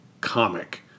comic